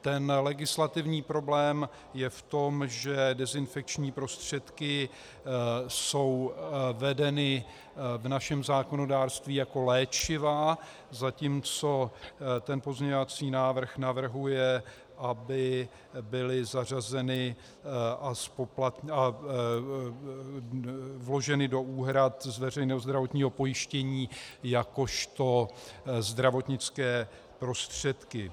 Ten legislativní problém je v tom, že dezinfekční prostředky jsou vedeny v našem zákonodárství jako léčiva, zatímco pozměňovací návrh navrhuje, aby byly zařazeny a vloženy do úhrad z veřejného zdravotního pojištění jakožto zdravotnické prostředky.